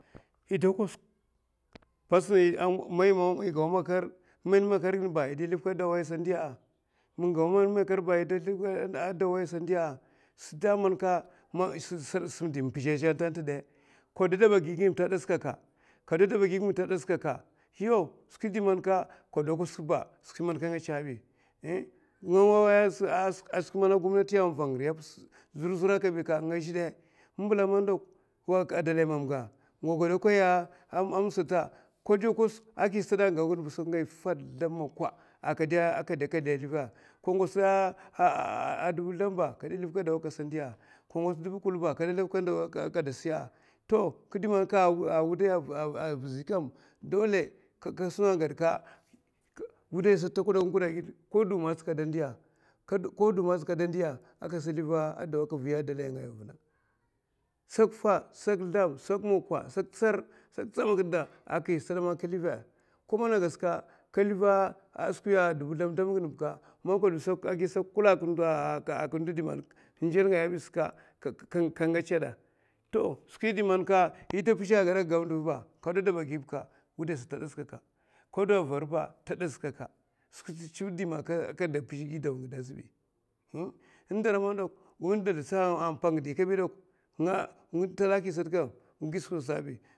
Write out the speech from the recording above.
Yè do kosuk man yè mèn makar ba pats man yè da livka a dau ba ay sa da ndiya, yè da livka a dau ba ay sa da ndiya. sum pizh ngièè a zhè? Kado adèb gi ginè ba ta èazka ka, kado adèb gi ginè ba ta èazka ka, skwi man a nga a gomnati avanga a riy pa zur zura kaɓi ka nga goèakoya, nga agau faè mok zlam ba ka ngots dubu a gau dubu zlam ba kada livka dawa aka sa da ndiya. ka suna kɗ da man ka wuday avizi ta kuèak kuèa a giè ko du magatsi, kada ndiya akada liv dawa akasa viya a wudahi ngaya ata ndiya, sak tsariè sak tsamakiè, ko mana a gasa ka liv skwi dubu zlam zlam ginè ba man ka do a kosuk aka ndo di man n'jèl ngaya azɓi ka ngèchè èa? Skwi di man yè da sa pizhè aka gaè bèka wuday sata ta èazka ka. kado avar bɗka chiviè man aka da pizhè gidau sa ta aza asaɓi, n'dara man kinè kazlatsa akinè pang di kabi ka nga tala sata wuèinga azɓay